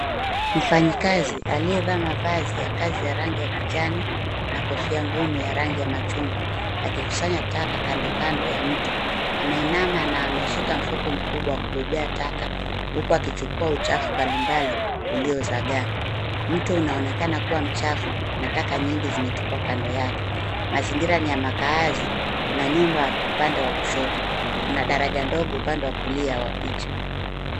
Mfanyikazi, aliyevaa mavazi ya kazi ya rangi ya kijani na kofia ngumu ya rangi ya machungwa akikusanya taka kando kando ya mto. Ameinama na ameshika mfuko mkubwa wa kubebea taka, huku akichukua uchafu mbalimbali uliyozagaa. Mto unaonekana kuwa mchafu na taka nyingi zimetupwa kando yake. Mazingira ni ya maakazi. Kuna nyumba upande wa kushoto, kuna daraja ndogo upande wa kulia wa picha.